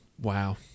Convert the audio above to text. Wow